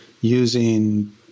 using